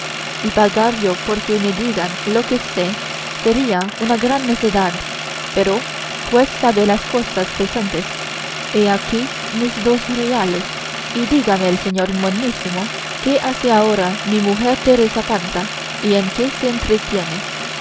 y pagar yo porque me digan lo que sé sería una gran necedad pero pues sabe las cosas presentes he aquí mis dos reales y dígame el señor monísimo qué hace ahora mi mujer teresa panza y en qué se entretiene